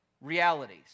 realities